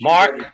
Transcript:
Mark